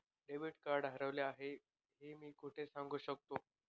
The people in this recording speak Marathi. डेबिट कार्ड हरवले आहे हे मी कोठे सांगू शकतो?